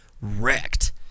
Wrecked